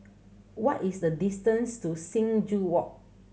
what is the distance to Sing Joo Walk